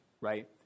right